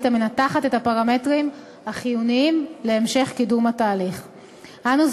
המנתחת את הפרמטרים החיוניים להמשך קידום המהלך.